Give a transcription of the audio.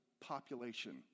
population